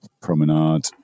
promenade